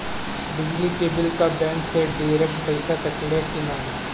बिजली के बिल का बैंक से डिरेक्ट पइसा कटेला की नाहीं?